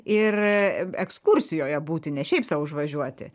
ir ekskursijoje būti ne šiaip sau užvažiuoti